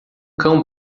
cão